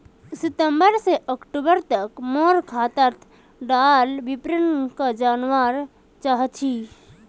सितंबर से अक्टूबर तक मोर खाता डार विवरण जानवा चाहची?